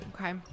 Okay